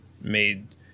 made